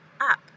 up